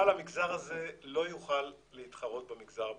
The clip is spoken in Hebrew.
אבל המגזר הזה לא יוכל להתחרות במגזר הפרטי.